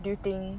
do you think